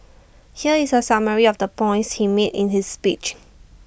here is A summary of the points he made in his speech